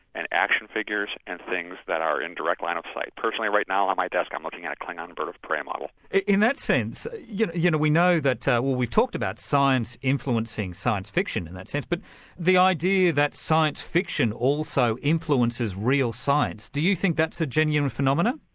and action figures and things that are in direct line of sight. personally right now on my desk i'm looking at klingon bird of prey model. in that sense, you know you know we know, ah well we talked about science influencing science fiction in that sense, but the idea that science fiction also influences real science, do you think that's a genuine phenomenon?